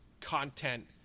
content